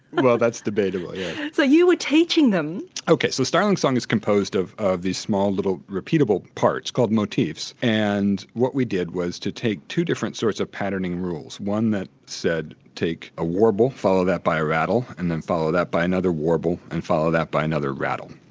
well that's debatable, yes. yeah so you were teaching them. ok, so starling song is composed of of these small, little repeatable parts called motifs. and what we did was to take two different sorts of patterning rules. one that said take a warble, follow that by a rattle, and then follow that by another warble, and follow that by another rattle.